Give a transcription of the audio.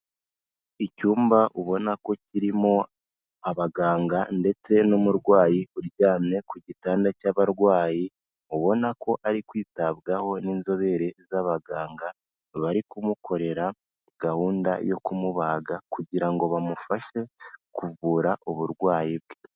Icyumba ubona ko kirimo abaganga ndetse n'umurwayi uryamye ku gitanda cy'abarwayi, ubona ko ari kwitabwaho n'inzobere z'abaganga, bari kumukorera gahunda yo kumubaga kugira ngo bamufashe kuvura uburwayi bwe.